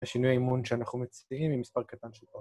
השינוי האימון שאנחנו מציעים היא מספר קטן של פעם.